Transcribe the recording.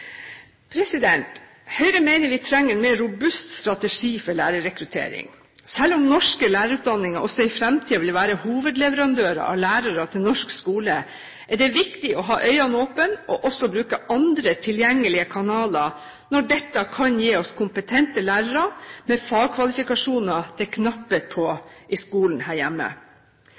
Høyre mener vi trenger en mer robust strategi for lærerrekruttering. Selv om norske lærerutdanninger også i fremtiden vil være hovedleverandører av lærere til norsk skole, er det viktig å ha øynene åpne og også bruke andre tilgjengelige kanaler når dette kan gi oss kompetente lærere med fagkvalifikasjoner det er knapphet på i skolen her hjemme.